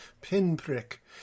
pinprick